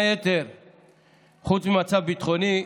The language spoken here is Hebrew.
חוץ ממצב ביטחוני,